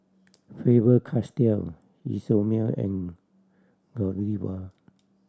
Faber Castell Isomil and Godiva